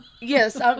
Yes